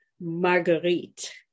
marguerite